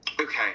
Okay